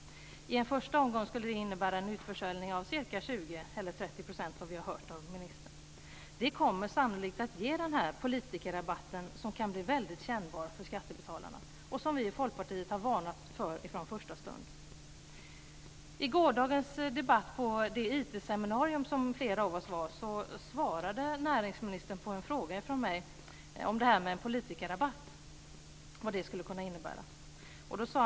I en första omgång skulle det innebära en utförsäljning av ca 20 eller 30 %, av vad vi har hört av ministern. Det kommer sannolikt att ge den här politikerrabatten, som kan bli väldigt kännbar för skattebetalarna och som vi i Folkpartiet har varnat för från första stund. I gårdagens debatt på det IT-seminarium som flera av oss var på svarade näringsministern på en fråga från mig om vad detta med en politikerrabatt skulle kunna innebära.